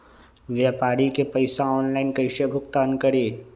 व्यापारी के पैसा ऑनलाइन कईसे भुगतान करी?